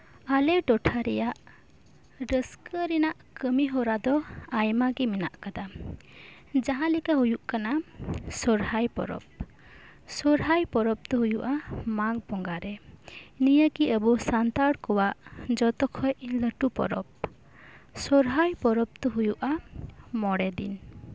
ᱟᱞᱮ ᱴᱚᱴᱷᱟ ᱨᱮᱭᱟᱜ ᱨᱟᱹᱥᱠᱟ ᱨᱮᱱᱟᱜ ᱠᱟᱹᱢᱤ ᱦᱚᱨᱟ ᱫᱚ ᱟᱭᱢᱟ ᱜᱮ ᱢᱮᱱᱟᱜ ᱟᱠᱟᱫᱟ ᱡᱟᱦᱟᱸ ᱞᱮᱠᱟ ᱦᱩᱭᱩᱜ ᱠᱟᱱᱟ ᱥᱚᱨᱦᱟᱭ ᱯᱚᱨᱚᱵᱽ ᱥᱚᱨᱦᱟᱭ ᱯᱚᱨᱚᱵᱽ ᱫᱚ ᱦᱩᱭᱩᱜᱼᱟ ᱢᱟᱜᱷ ᱵᱚᱸᱜᱟᱨᱮ ᱱᱚᱶᱟ ᱟᱵᱚ ᱥᱟᱱᱛᱟᱲ ᱠᱚᱣᱟᱜ ᱡᱚᱛᱚᱠᱷᱚᱱ ᱞᱟᱹᱴᱩ ᱯᱚᱨᱚᱵᱽ ᱥᱚᱨᱦᱟᱭ ᱯᱚᱨᱚᱵᱽ ᱫᱚ ᱦᱩᱭᱩᱜᱼᱟ ᱢᱚᱬᱮ ᱫᱤᱱ